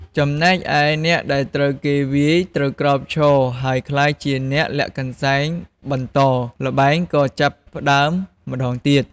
ចំណែកឯ អ្នកដែលត្រូវគេវាយត្រូវក្រោកឈរ ហើយក្លាយជាអ្នកលាក់កន្សែងបន្ត ល្បែងក៏ចាប់ផ្តើមម្តងទៀត។